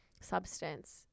substance